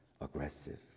aggressive